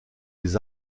les